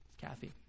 Kathy